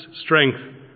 strength